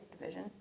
division